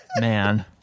Man